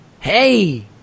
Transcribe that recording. hey